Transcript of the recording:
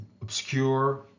obscure